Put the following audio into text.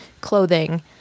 clothing